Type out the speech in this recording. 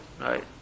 Right